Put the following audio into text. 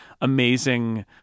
amazing